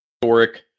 historic